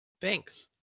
Thanks